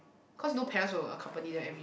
cause no parents will accompany them every